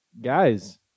guys